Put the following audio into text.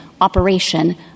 operation